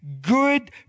good